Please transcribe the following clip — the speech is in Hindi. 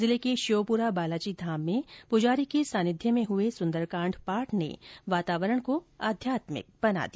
जिले के श्योपुरा बालाजी धाम में पुजारी के सानिध्य में हुए सुंदरकाण्ड पाठ ने वातावरण को आध्यात्मिक बना दिया